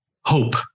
hope